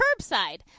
curbside